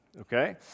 Okay